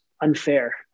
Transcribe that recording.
unfair